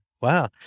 Wow